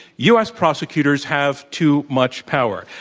u. s. prosecutors have too much power.